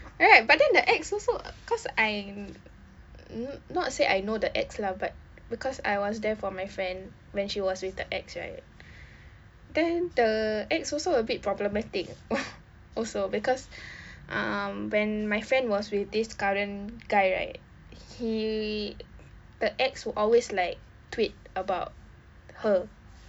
right but then the ex also uh cause I not to say I know the ex lah but because I was there for my friend when she was with the ex right then the ex also a bit problematic uh also because um when my friend was with this current guy right he the ex would always like tweet about her